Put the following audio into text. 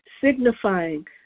signifying